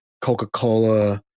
coca-cola